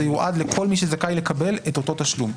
אלא לכל מי שזכאי לקבל אותו תשלום.